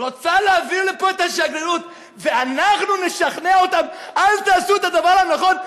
רוצה להעביר לפה את השגרירות ואנחנו נשכנע אותם: אל תעשו את הדבר הנכון,